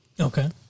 okay